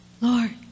Lord